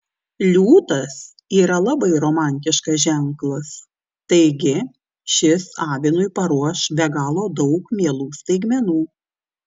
liūtas yra labai romantiškas ženklas taigi šis avinui paruoš be galo daug mielų staigmenų